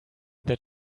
that